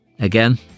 Again